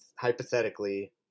hypothetically